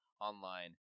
online